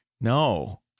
No